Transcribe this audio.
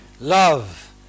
love